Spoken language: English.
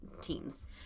teams